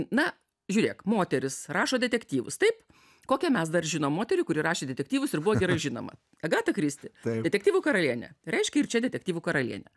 na žiūrėk moteris rašo detektyvus taip kokią mes dar žinom moterį kuri rašė detektyvus ir buvo gerai žinoma agata kristi detektyvų karalienė reiškia ir čia detektyvų karalienė